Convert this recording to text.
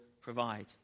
provide